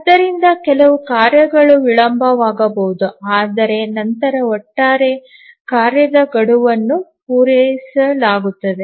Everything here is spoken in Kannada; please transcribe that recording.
ಆದ್ದರಿಂದ ಕೆಲವು ಕಾರ್ಯಗಳು ವಿಳಂಬವಾಗಬಹುದು ಆದರೆ ನಂತರ ಒಟ್ಟಾರೆ ಕಾರ್ಯದ ಗಡುವನ್ನು ಪೂರೈಸಲಾಗುತ್ತದೆ